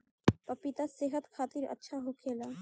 पपिता सेहत खातिर अच्छा होखेला